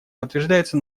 подтверждается